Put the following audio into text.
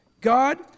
God